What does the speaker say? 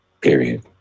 Period